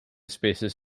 spaces